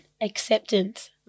Acceptance